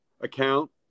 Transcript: account